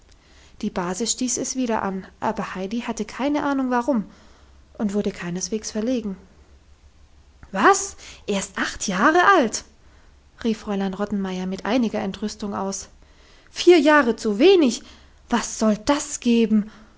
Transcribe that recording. die base stieß es wieder an aber heidi hatte keine ahnung warum und wurde keineswegs verlegen was erst acht jahre alt rief fräulein rottenmeier mit einiger entrüstung aus vier jahre zu wenig was soll das geben